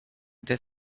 that